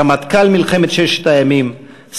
רמטכ"ל מלחמת ששת הימים,